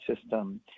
system